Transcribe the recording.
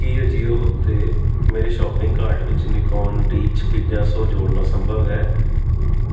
ਕੀ ਅਜੀਓ ਉੱਤੇ ਮੇਰੇ shopping cart ਵਿੱਚ ਨਿਕੋਨ ਡੀ ਛਪੰਜਾ ਸੌ ਜੋੜਨਾ ਸੰਭਵ ਹੈ